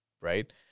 right